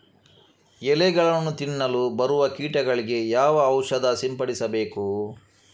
ಎಲೆಗಳನ್ನು ತಿನ್ನಲು ಬರುವ ಕೀಟಗಳಿಗೆ ಯಾವ ಔಷಧ ಸಿಂಪಡಿಸಬೇಕು?